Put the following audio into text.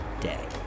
day